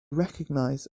recognize